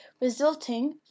resulting